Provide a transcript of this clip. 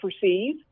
perceive